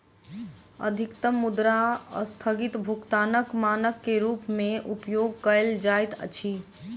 अधिकतम मुद्रा अस्थगित भुगतानक मानक के रूप में उपयोग कयल जाइत अछि